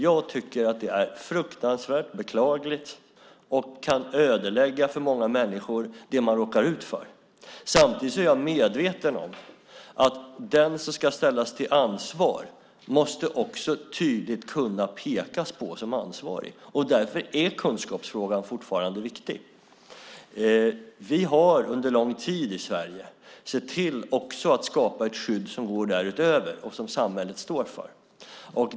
Jag tycker att det är fruktansvärt beklagligt. Det som människor kan råka ut för kan ödelägga allt för dem. Samtidigt är jag medveten om att den som ska ställas till ansvar tydligt måste kunna pekas på som ansvarig. Därför är kunskapsfrågan fortfarande viktig. Vi har under lång tid i Sverige sett till att också skapa ett skydd som går därutöver och som samhället står för.